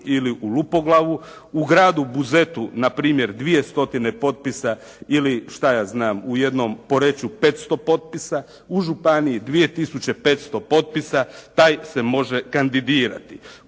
ili u Lupoglavu, u Gradu Buzetu na primjer 200 potpisa ili šta ja znam u jednom Poreču 500 potpisa u županiji 2 tisuće 500 potpisa taj se može kandidirati.